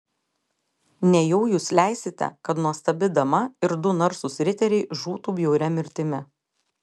nejau jūs leisite kad nuostabi dama ir du narsūs riteriai žūtų bjauria mirtimi